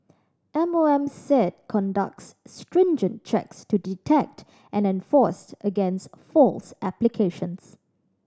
M O M said conducts stringent checks to detect and enforce against false applications